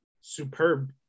Superb